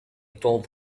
told